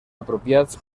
apropiats